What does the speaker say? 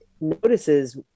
notices